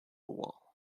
wall